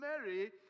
Mary